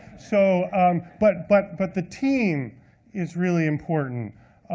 so um but but but the team is really important.